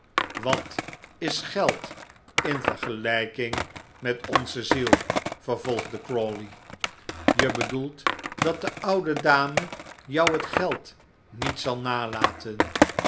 wat is geld in vergelijking met onze ziel vervolgde crawley je bedoelt dat de oude dame jou het geld niet zal nalaten